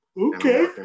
Okay